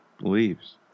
leaves